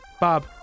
Bob